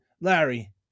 larry